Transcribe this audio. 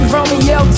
Romeo